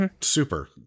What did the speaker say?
Super